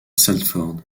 salford